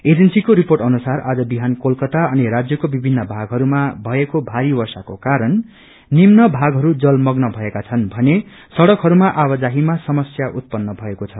एजेन्सीको रिर्पोअ अनुसार आज विहान कोलकाता अनि राज्यको विभिन्न भागहरूमा भएको भारी वर्षाको कारण निम्न भागहरू जलमग्न भएका छनृ भने सङ्कहरूमा आवाजाहीमा समस्या उतपन्न भएको छ